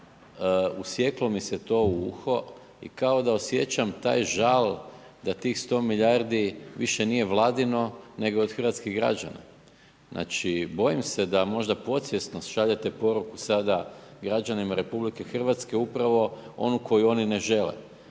usjeklo mi se to u uho i kao da osjećam taj žal da tih 100 milijardi više nije vladino, nego od hrvatskih građana. Znači bojim se da možda podsvjesno slažete poruku sada građanima RH upravo onu koju oni ne žele,